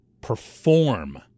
perform